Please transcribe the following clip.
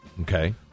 Okay